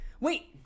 Wait